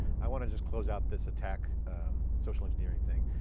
i want to just close out this attack social engineering thing.